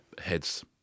heads